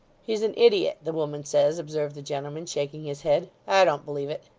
he's an idiot, the woman says observed the gentleman, shaking his head i don't believe it